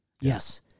Yes